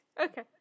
Okay